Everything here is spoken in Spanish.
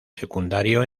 secundario